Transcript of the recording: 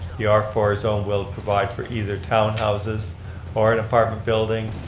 the r four zone will provide for either townhouses or an apartment building.